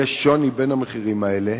שיהיה שוני בין המחירים האלה,